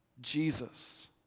Jesus